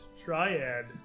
triad